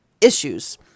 issues